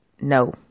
No